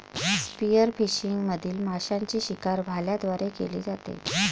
spearfishing मधील माशांची शिकार भाल्यांद्वारे केली जाते